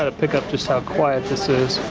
ah pick up just how quiet this is.